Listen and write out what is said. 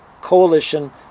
coalition